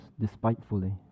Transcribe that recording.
despitefully